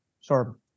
Sure